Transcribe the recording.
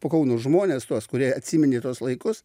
po kauno žmones tuos kurie atsiminė tuos laikus